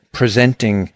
presenting